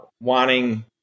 wanting